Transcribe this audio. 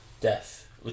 death